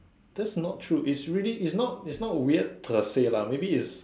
this not true it's really it's not it's not weird to say lah maybe is